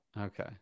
Okay